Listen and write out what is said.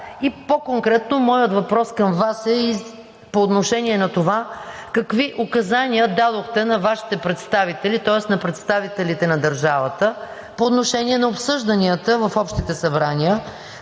По-конкретно моят въпрос към Вас е по отношение на това какви указания дадохте на Вашите представители на държавата по отношение на обсъжданията в общите събрания,